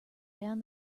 down